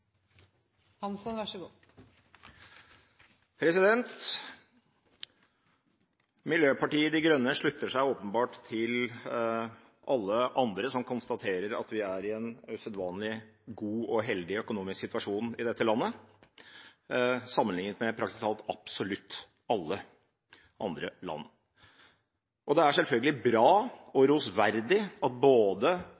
alle andre som konstaterer at vi er i en usedvanlig god og heldig økonomisk situasjon i dette landet, sammenlignet med praktisk talt absolutt alle andre land. Det er selvfølgelig bra og